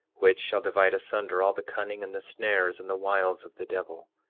which shall divide asunder all the cunning and the snares and the wiles of the devil,